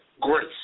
grace